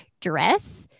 dress